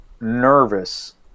nervous